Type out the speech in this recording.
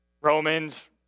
Romans